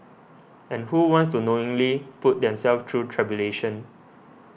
and who wants to knowingly put themselves through tribulation